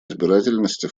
избирательности